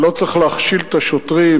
לא צריך להכשיל את השוטרים,